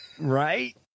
Right